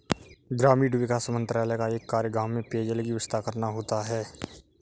ग्रामीण विकास मंत्रालय का एक कार्य गांव में पेयजल की व्यवस्था करना होता है